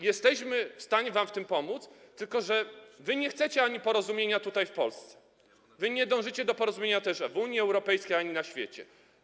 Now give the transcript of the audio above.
Jesteśmy w stanie wam w tym pomóc, tylko że wy nie chcecie porozumienia tutaj, w Polsce, nie dążycie też do porozumienia w Unii Europejskiej ani na świecie.